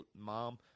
mom